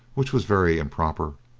which was very improper,